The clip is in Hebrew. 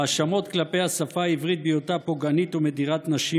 האשמות כלפי השפה העברית בהיותה פוגענית ומדירת נשים,